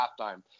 halftime